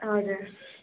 हजुर